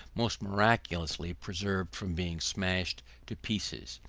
most miraculously preserved from being smashed to pieces.